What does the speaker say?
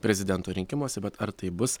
prezidento rinkimuose bet ar taip bus